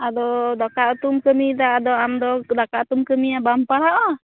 ᱟᱫᱚ ᱫᱟᱠᱟ ᱩᱛᱩᱢ ᱠᱟᱹᱢᱤᱭᱮᱫᱟ ᱟᱫᱚ ᱟᱢ ᱫᱚ ᱫᱟᱠᱟ ᱩᱛᱩᱢ ᱠᱟᱹᱢᱤᱭᱟ ᱵᱟᱢ ᱯᱟᱲᱦᱟᱜᱼᱟ